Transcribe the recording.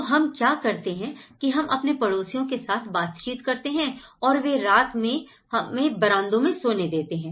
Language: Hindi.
तो हम क्या करते हैं कि हम अपने पड़ोसियों के साथ बातचीत करते हैं और वे रात में वह बरामदों में सोते हैं